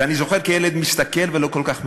ואני זוכר כילד מסתכל, ולא כל כך מבין.